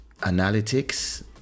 analytics